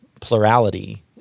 plurality